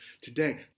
today